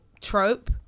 trope